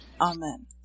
Amen